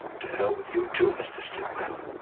to hell with you, too, mr. stillwell.